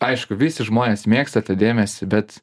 aišku visi žmonės mėgsta tą dėmesį bet